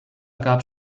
gab